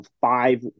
five